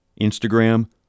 Instagram